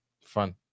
Fun